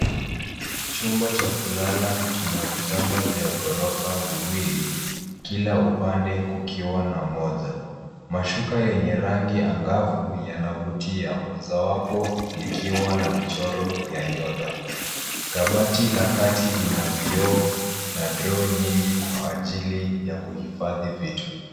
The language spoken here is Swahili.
Chumba cha kulala kina vitanda vya ghorofa viwili. Kila upande kukiwa na moja. Mashuka yenye rangi angavu yanavutia mmojawapo likiwa na michoro ya nyota. Kabati la kati lina vioo na droo nyingi kwa ajili ya kuhifadhi vitu.